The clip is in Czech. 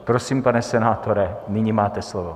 Prosím, pane senátore, nyní máte slovo.